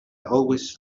always